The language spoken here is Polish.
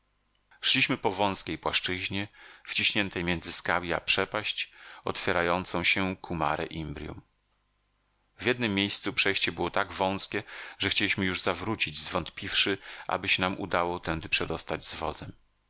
szliśmy po wązkiej płaszczyźnie wciśniętej między skały a przepaść otwierającą się ku mare imbrium w jednem miejscu przejście było tak wązkie że chcieliśmy już zawrócić zwątpiwszy aby się nam udało tędy przedostać z wozem